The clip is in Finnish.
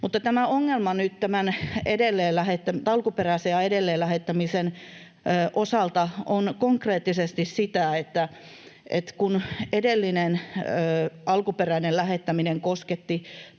tämän alkuperäisen ja edelleen lähettämisen osalta on konkreettisesti se, että edellinen alkuperäistä lähettämistä koskettava